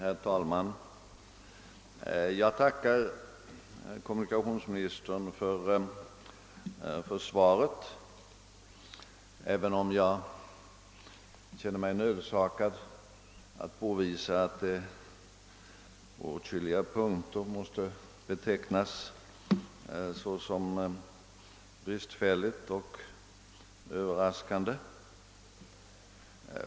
Herr talman! Jag tackar kommunikationsministern för svaret, även om jag känner mig nödsakad att påvisa att det på åtskilliga punkter måste betecknas som bristfälligt och överraskande.